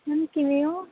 ma'am ਕਿਵੇਂ ਹੋ